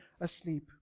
asleep